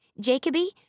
Jacoby